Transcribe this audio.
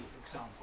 example